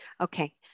okay